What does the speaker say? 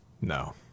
No